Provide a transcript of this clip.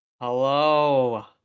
hello